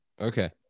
okay